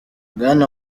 bwana